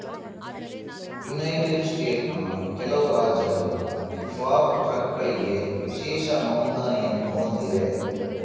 United ಸ್ಟೇಟ್ಸ್ನ ಕೆಲವು ರಾಜ್ಯಗಳು ಫಾರ್ಮ್ ಟ್ರಕ್ಗಳಿಗೆ ವಿಶೇಷ ನೋಂದಣಿಯನ್ನು ಹೊಂದಿವೆ